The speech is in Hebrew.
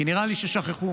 כי נראה לי ששכחו,